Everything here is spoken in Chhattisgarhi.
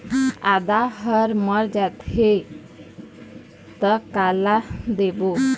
आदा हर मर जाथे रथे त काला देबो?